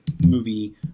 movie